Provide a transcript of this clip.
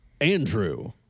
Andrew